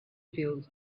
filled